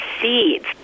seeds